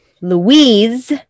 louise